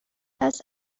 است